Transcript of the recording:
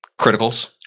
Criticals